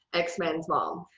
x-men's mom.